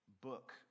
book